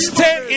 Stay